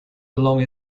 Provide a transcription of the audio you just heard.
along